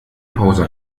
pause